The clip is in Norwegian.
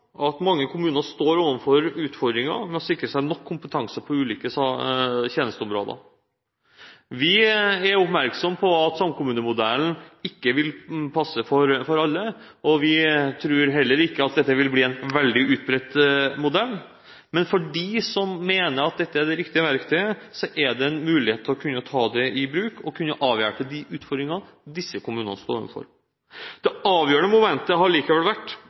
at mange kommuner står overfor utfordringer med å sikre seg nok kompetanse på ulike tjenesteområder. Vi er oppmerksomme på at samkommunemodellen ikke vil passe for alle, og vi tror heller ikke at dette vil bli en veldig utbredt modell, men for dem som mener at dette er det riktige verktøyet, er det en mulighet til å kunne ta det i bruk og kunne avhjelpe de utfordringene disse kommunene står overfor. Det avgjørende momentet har likevel, basert på de erfaringene forsøkskommunene har, vært